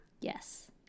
Yes